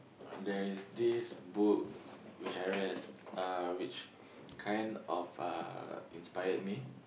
there is this book which I read uh which kind of uh inspired me